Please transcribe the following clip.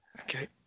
Okay